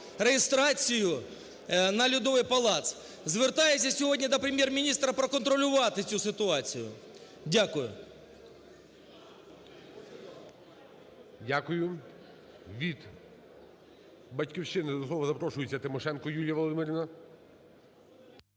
реєстрацію на Льодовий палац. Звертаюся сьогодні до Прем'єр-міністра проконтролювати цю ситуацію. Дякую. ГОЛОВУЮЧИЙ. Дякую. Від "Батьківщини" до слова запрошується Тимошенко Юлія Володимирівна.